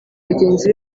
bagenzi